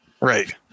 Right